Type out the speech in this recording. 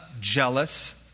jealous